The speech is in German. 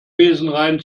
besenrein